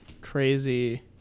crazy